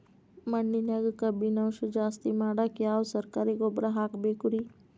ಮಣ್ಣಿನ್ಯಾಗ ಕಬ್ಬಿಣಾಂಶ ಜಾಸ್ತಿ ಮಾಡಾಕ ಯಾವ ಸರಕಾರಿ ಗೊಬ್ಬರ ಹಾಕಬೇಕು ರಿ?